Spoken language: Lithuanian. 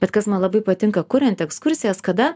bet kas man labai patinka kuriant ekskursijas kada